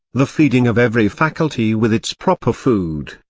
the feeding of every faculty with its proper food,